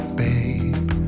babe